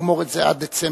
לגמור את זה עד דצמבר.